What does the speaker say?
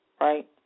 right